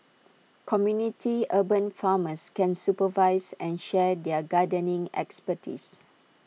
community urban farmers can supervise and share their gardening expertise